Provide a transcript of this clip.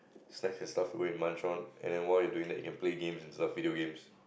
snacks and stuff where you munch on and while you're doing the and play games and stuff and video games